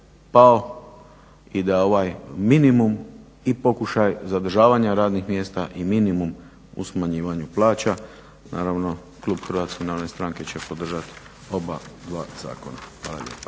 pao i da ovaj minimum i pokušaj zadržavanja radnih mjesta i minimum u smanjivanju plaća. Naravno klub Hrvatske narodne stranke će podržati oba dva zakona. Hvala lijepa.